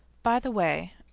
by the way,